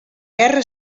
guerra